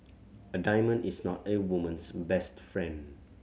a diamond is not a woman's best friend